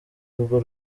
urwo